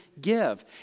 give